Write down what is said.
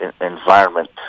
environment